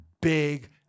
big